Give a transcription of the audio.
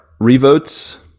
Revotes